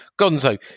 Gonzo